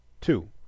Two